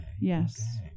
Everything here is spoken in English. Yes